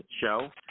show